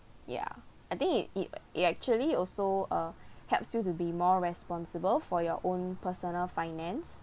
ya I think it it it actually also uh helps you to be more responsible for your own personal finance